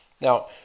Now